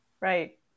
Right